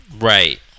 Right